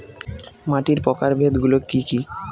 মাটির প্রকারভেদ গুলো কি কী?